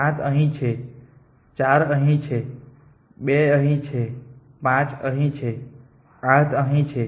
7 અહીં છે 4 અહીં છે 2 અહીં છે 5 અહીં છે 8 અહીં છે